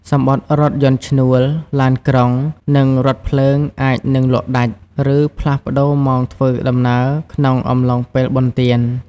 សំបុត្ររថយន្តឈ្នួល ឡានក្រុង និងរថភ្លើងអាចនឹងលក់ដាច់ ឬផ្លាស់ប្តូរម៉ោងធ្វើដំណើរក្នុងអំឡុងពេលបុណ្យទាន។